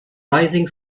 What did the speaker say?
rising